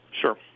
Sure